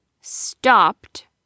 stopped